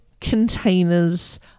containers